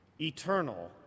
Eternal